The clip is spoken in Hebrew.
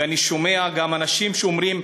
ואני שומע גם אנשים שאומרים: